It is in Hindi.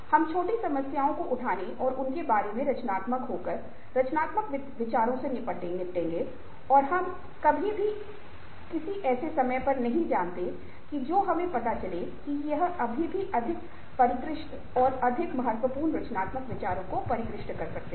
हम छोटी समस्याओं को उठाने और उनके बारे में रचनात्मक हो कर रचनात्मक विचारों से निपटेंगे और हम कभी भी किसी ऐसे समय पर नहीं जानते हैं की जो हमें पता चले कि ये अभी भी अधिक परिष्कृत और अधिक महत्वपूर्ण रचनात्मक विचारों को परिष्कृत कर सकते हैं